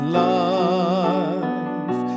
life